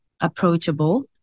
approachable